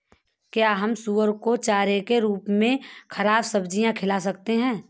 क्या हम सुअर को चारे के रूप में ख़राब सब्जियां खिला सकते हैं?